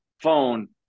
phone